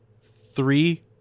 Three